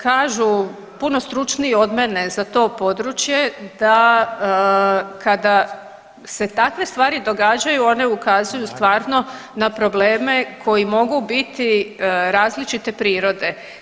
Kažu puno stručniji od mene za to područje da kada se takve stvari događaju, one ukazuju stvarno na probleme koji mogu biti različite prirode.